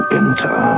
enter